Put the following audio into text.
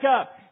up